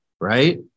right